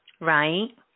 Right